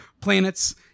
planets